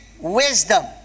Wisdom